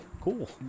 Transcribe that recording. cool